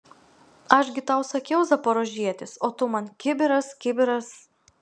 aš gi tau sakiau zaporožietis o tu man kibiras kibiras